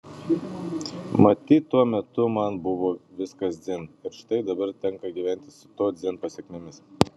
matyt tuo metu man buvo viskas dzin ir štai dabar tenka gyventi su to dzin pasekmėmis